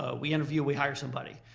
ah we interview, we hire somebody.